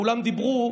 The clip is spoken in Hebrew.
כולם דיברו,